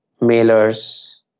mailers